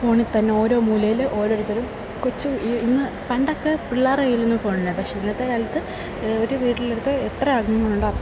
ഫോണിൽത്തന്നെ ഓരോ മൂലയിൽ ഓരോരുത്തരും പണ്ടൊക്കെ പിള്ളേരുടെ കയ്യിലൊന്നും ഫോണില്ല പക്ഷേ ഇന്നത്തെ കാലത്ത് ഒരു വീട്ടിലെടുത്താൽ എത്ര അംഗങ്ങളുണ്ടോ